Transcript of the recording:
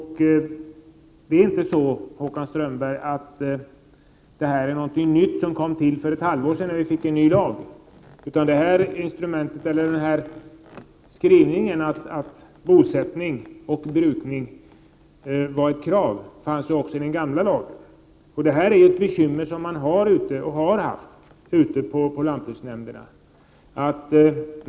1988/89:25 Detta är inte något nytt, Håkan Strömberg, som kom till för ett halvår sedan 16 november 1988 när vi fick en ny lag utan bestämmelsen om att bosättning och brukning är ett krav fanns också i den gamla lagen. Detta är ett bekymmer som man har och har haft ute på lantbruksnämnderna.